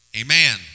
Amen